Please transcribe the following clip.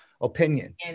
opinion